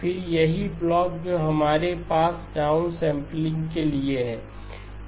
फिर यही ब्लॉक जो हमारे पास डाउनसैंपलिंग के लिए है